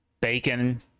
bacon